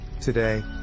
Today